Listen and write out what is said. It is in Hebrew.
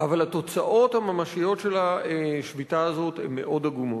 אבל התוצאות הממשיות של השביתה הזאת הן מאוד עגומות.